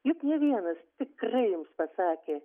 juk ne vienas tikrai jums pasakė